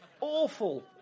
awful